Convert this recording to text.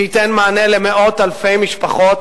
שייתן מענה למאות אלפי משפחות